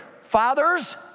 Fathers